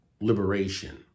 liberation